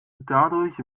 dadurch